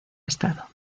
estado